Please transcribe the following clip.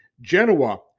Genoa